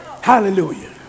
Hallelujah